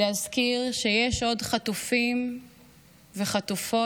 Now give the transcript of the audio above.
להזכיר שיש עוד חטופים וחטופות